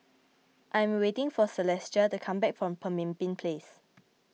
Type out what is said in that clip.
I am waiting for Celestia to come back from Pemimpin Place